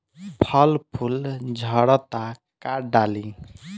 फल फूल झड़ता का डाली?